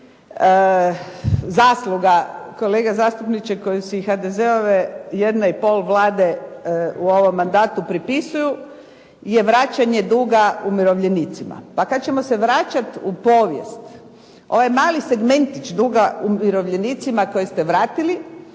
kolega zastupniče koji si HDZ-ove jedne i pol vlade u ovom mandatu pripisuju je vraćanje duga umirovljenicima. Pa kada ćemo se vraćati u povijest, ovaj mali segmentić duga umirovljenicima koji ste vratili